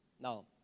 Now